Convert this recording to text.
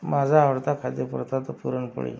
माझा आवडता खाद्यपदार्थ पुरण पोळी